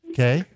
Okay